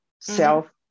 self